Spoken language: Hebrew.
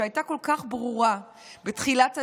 שהייתה כל כך ברורה בתחילת הדרך,